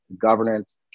governance